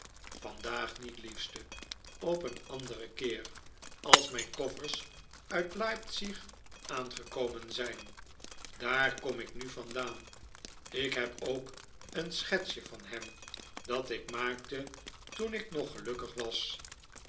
ag niet liefste op een anderen keer als mijn koffers uit leipzig aangekomen zijn daar kom ik nu vandaan ik heb ook een schetsje van hem dat ik maakte toen ik nog gelukkig was